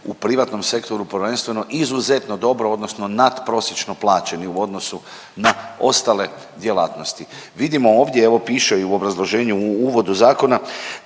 u privatnom sektoru, prvenstveno izuzetno dobro odnosno natprosječno plaćeni u odnosu na ostale djelatnosti. Vidimo ovdje, evo piše i u obrazloženju u uvodu zakona